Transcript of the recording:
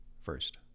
first